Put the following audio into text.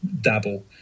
dabble